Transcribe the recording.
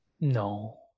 No